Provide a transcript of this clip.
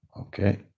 Okay